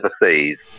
overseas